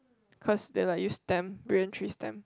cause they like use stem brilliant three stem